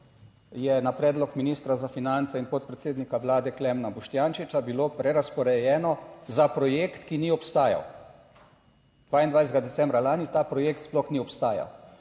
je na predlog ministra za finance in podpredsednika Vlade, Klemna Boštjančiča, bilo prerazporejeno za projekt, ki ni obstajal. 22. decembra lani ta projekt sploh ni obstajal.